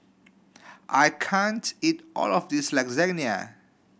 I can't eat all of this Lasagne